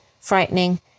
frightening